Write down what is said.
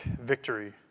victory